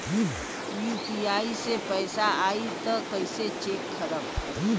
UPI से पैसा आई त कइसे चेक खरब?